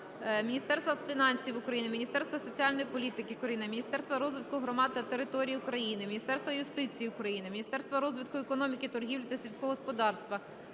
Міністерства фінансів України, Міністерства соціальної політики України, Міністерства розвитку громад та територій України, Міністерства юстиції України, Міністерства розвитку економіки, торгівлі та сільського господарства,